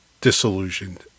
Disillusioned